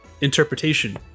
interpretation